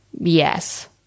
yes